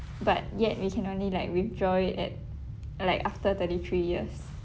but yet we can only like withdraw it at like after thirty three years